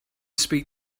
speak